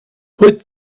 put